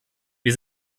wir